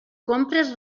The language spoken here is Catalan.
compres